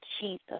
Jesus